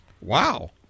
Wow